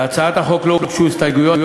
להצעת החוק לא הוגשו הסתייגויות,